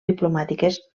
diplomàtiques